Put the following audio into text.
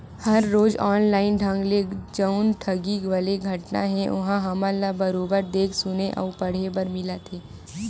हर रोज ऑनलाइन ढंग ले जउन ठगी वाले घटना हे ओहा हमन ल बरोबर देख सुने अउ पड़हे बर मिलत हे